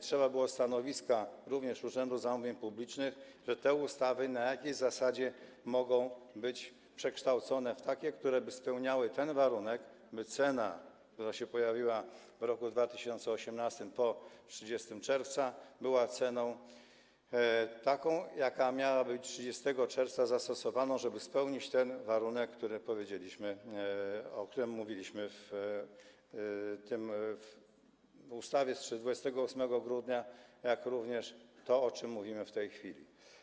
Trzeba było również stanowiska Urzędu Zamówień Publicznych, że te ustawy na jakiejś zasadzie mogą być przekształcone w takie, które by spełniały ten warunek, by cena, która się pojawiła w roku 2018 po 30 czerwca, była taką ceną, jaka miała być 30 czerwca zastosowana, żeby spełnić ten warunek, o którym powiedzieliśmy, o którym mowa w ustawie z 28 grudnia, jak również to, o czym mówimy w tej chwili.